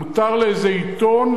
מותר לאיזה עיתון,